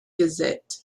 gazette